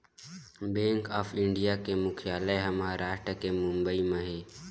bank of India के मुख्यालय ह महारास्ट के बंबई म हे